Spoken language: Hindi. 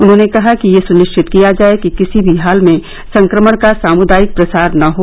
उन्होंने कहा कि यह सुनिश्चित किया जाये कि किसी भी हाल में संक्रमण का सामुदायिक प्रसार न हो